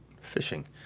fishing